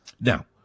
Now